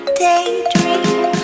daydream